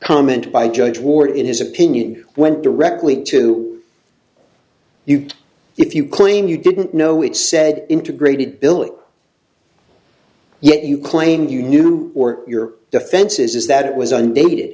comment by judge ward in his opinion went directly to you if you claim you didn't know it said integrated billing yet you claim you knew or your defenses is that it was undated